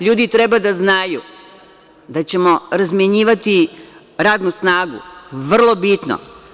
Ljudi treba da znaju da ćemo razmenjivati radnu snagu, vrlo bitno.